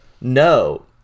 No